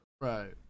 Right